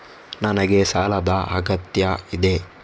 ನನಗೆ ಸಾಲದ ಅಗತ್ಯ ಇದೆ?